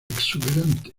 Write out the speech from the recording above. exuberante